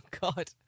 God